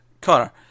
Connor